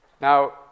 Now